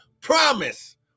Promise